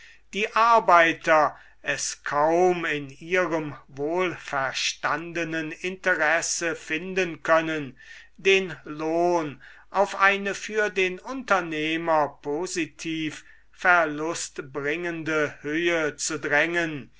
die arbeiter es kaum in ihrem wohlverstandenen interesse finden können den lohn auf eine für den unternehmer positiv verlustbringende höhe zu drängen